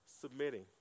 Submitting